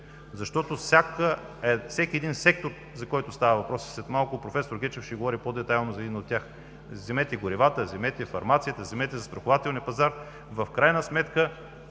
Защото всеки сектор, за който става въпрос – след малко проф. Гечев ще говори по-детайлно за един от тях – вземете горивата, вземете фармацията, вземете застрахователния пазар, в крайна сметка